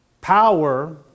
power